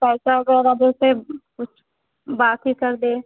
पैसा वघीरह जैसे कुछ बाक़ी कर दें